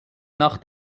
nach